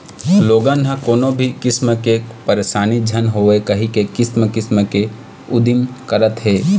लोगन ह कोनो भी किसम के परसानी झन होवय कहिके किसम किसम के उदिम करत हे